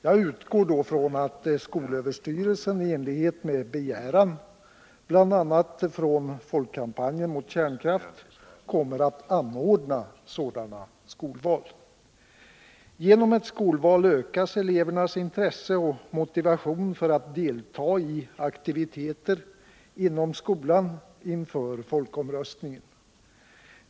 Jag utgår då ifrån att skolöverstyrelsen i enlighet med begäran från bl.a. Folkkampanjen mot kärnkraft kommer att anordna sådana skolval. Nr 57 Genom ett skolval ökas elevernas intresse och motivation för att delta i Tisdagen den aktiviteter inom skolan inför folkomröstningen.